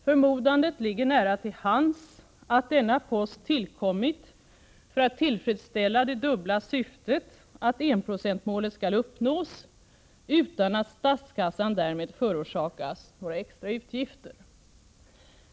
Förmodandet ligger nära till hands att denna post tillkommit för att tillfredsställa det dubbla syftet att enprocentsmålet skall uppnås utan att statskassan därmed förorsakas några extra utgifter.